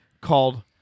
called